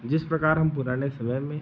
जिस प्रकार हम पुराने समय में